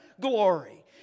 glory